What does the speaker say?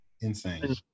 Insane